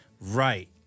Right